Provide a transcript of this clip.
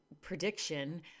prediction